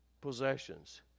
possessions